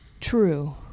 true